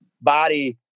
body